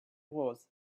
was